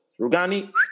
Rugani